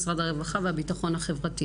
משרד הרווחה והביטחון החברתי.